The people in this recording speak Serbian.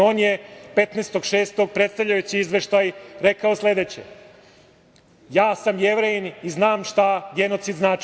On je 15. juna, predstavljajući izveštaj rekao sledeće: „Ja sam Jevrejin i znam šta genocid znači.